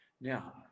Now